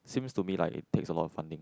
seems to me like it takes a lot of funding